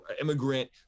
immigrant